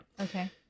Okay